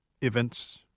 events